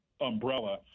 umbrella